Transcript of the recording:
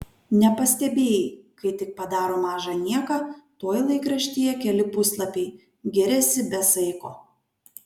nepastebėjai kai tik padaro mažą nieką tuoj laikraštyje keli puslapiai giriasi be saiko